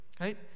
Right